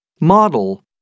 MODEL